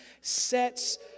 sets